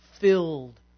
filled